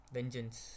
Vengeance